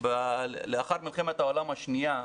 לאחר מלחמת העולם השנייה,